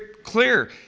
clear